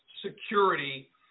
security